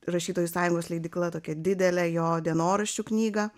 rašytojų sąjungos leidykla tokia didelė jo dienoraščių knygą